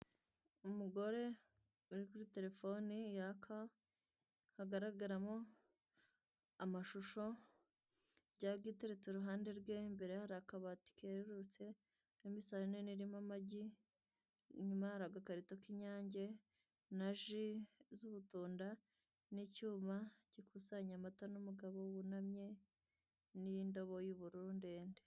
Umugore uri kuri telefone yaka, hagaragaramo amashusho, ijaga iteretse iruhande rwe , imbere hari akabati kerurutse karimo isahani nini irimo amagi, inyuma hari agakarito k'inyange na jus z'ubutunda, n'icyuma gikusanya amata, n'umugabo wunamye, n'indobo y'ubururu ndende.